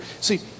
See